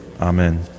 Amen